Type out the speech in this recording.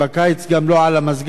ובקיץ גם לא על המזגן.